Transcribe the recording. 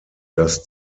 dass